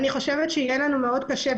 בעת שגרה יהיה לנו מאוד קשה.